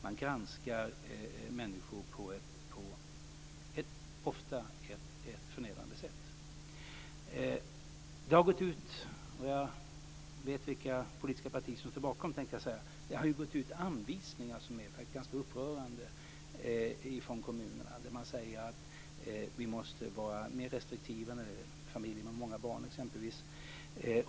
Man granskar människor på ett ofta förnedrande sätt. Det har gått ut anvisningar - och jag vet vilka politiska partier som står bakom, tänkte jag säga - från kommunerna som faktiskt är ganska upprörande. Man säger t.ex. att vi måste vara mer restriktiva när det gäller familjer med många barn.